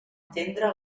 entendre